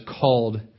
called